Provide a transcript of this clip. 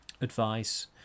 Advice